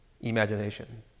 imagination